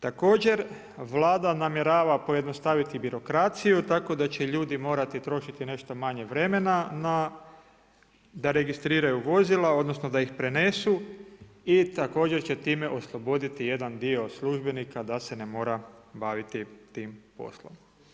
Također Vlada namjerava pojednostaviti birokraciju tako da će ljudi morati trošiti nešto manje vremena da registriraju vozila odnosno da ih prenesu i također će time osloboditi jedan dio službenika da se ne mora baviti tim poslom.